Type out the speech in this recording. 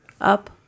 up